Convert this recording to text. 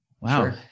Wow